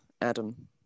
Adam